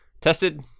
Tested